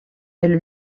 elle